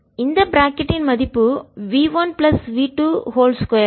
இந்த பிராக்கெட் டின் மதிப்பு v 1 பிளஸ் v 2 2